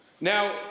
Now